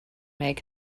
make